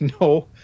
No